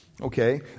okay